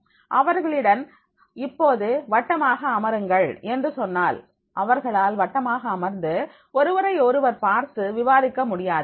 அவர்களிடம் இப்போது வட்டமாக அமருங்கள் என்று சொன்னால் அவர்களால் வட்டமாக அமர்ந்து ஒருவரையொருவர் பார்த்து விவாதிக்க முடியாது